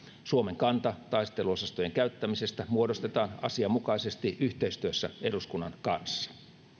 suomen kanta taisteluosastojen käyttämisestä muodostetaan asianmukaisesti yhteistyössä eduskunnan kanssa